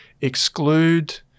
exclude